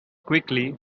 quickly